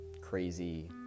crazy